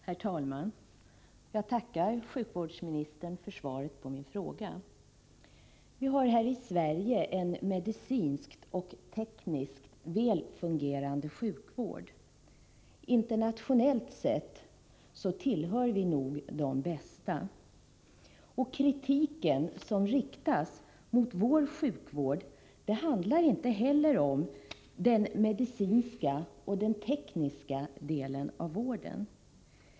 ; Herr talman! Jag tackar sjukvårdsministern för svaret på min fråga. Vi har här i Sverige en medicinskt och tekniskt väl fungerande sjukvård. Internationellt sett tillhör vi nog de bästa. Kritiken som riktas mot vår sjukvård handlar inte heller om den medicinska och tekniska delen av vården.